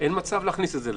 אין מצב להכניס את זה לפה.